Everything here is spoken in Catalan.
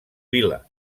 vila